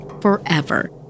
forever